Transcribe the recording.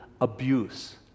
abuse